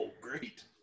great